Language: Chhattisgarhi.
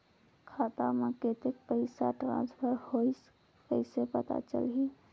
खाता म कतेक पइसा ट्रांसफर होईस कइसे पता चलही?